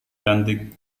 cantik